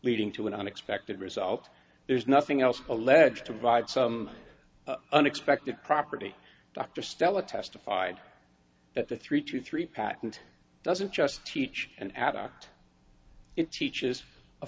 leading to an unexpected result there is nothing else alleged to provide some unexpected property dr stella testified that the three to three patent doesn't just teach an addict it teaches a